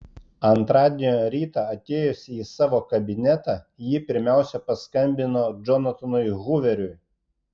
antradienio rytą atėjusi į savo kabinetą ji pirmiausia paskambino džonatanui huveriui